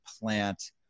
plant